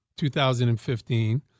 2015